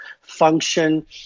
function